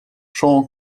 sean